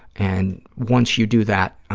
and once you do that,